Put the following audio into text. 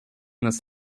this